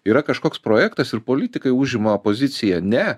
yra kažkoks projektas ir politikai užima poziciją ne